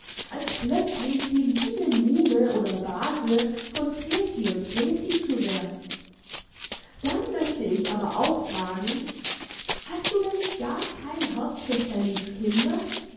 als plötzlich die liebe muhme oder base von krethi und plethi zu werden dann möchte ich aber auch fragen hast du denn gar kein herz für fannys kinder